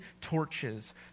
torches